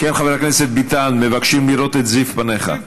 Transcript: חבר הכנסת ביטן, מבקשים לראות את זיו פניך.